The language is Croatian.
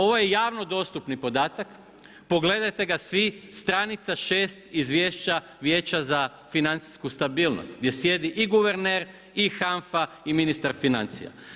Ovo je javno dostupni podatak, pogledajte ga svi, stranica 6 izvješća vijeća za financijsku stabilnost, gdje sjedi i guverner i HANFA i ministar financija.